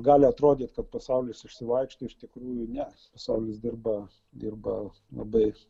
gali atrodyt kad pasaulis išsivaikšto iš tikrųjų ne pasaulis dirba dirba labai